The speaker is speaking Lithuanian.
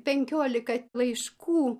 penkiolika laiškų